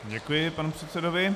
Děkuji panu předsedovi.